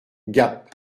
gap